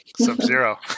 Sub-Zero